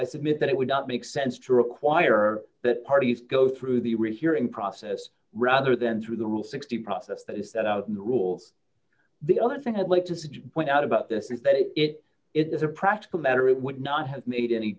i submit that it would not make sense to require that parties go through the rehearing process rather than through the rule sixty process that is that out in the rules the other thing i'd like to see point out about this is that if it is a practical matter it would not have made any